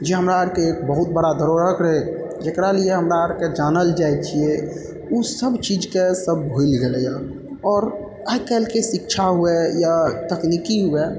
जे हमरा आरके बहुत बड़ा धरोहर रहै जेकरा लिए हमरा आरके जानल जाइ छियै ओसब चीजके सब भुलि गेलैए आओर आइ काल्हिके शिक्षा हुए या तकनीकी हुए